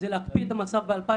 צריך להקפיא את המצב לפי